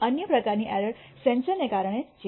અન્ય પ્રકારની એરર સેન્સરના કારણે છે